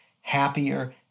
happier